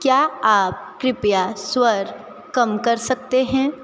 क्या आप कृपया स्वर कम कर सकते हैं